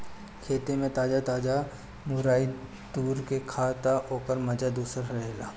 खेते में ताजा ताजा मुरई तुर के खा तअ ओकर माजा दूसरे रहेला